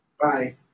Bye